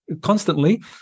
constantly